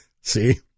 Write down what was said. See